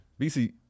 BC